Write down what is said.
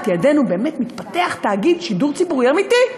ידינו באמת מתפתח תאגיד שידור ציבורי אמיתי.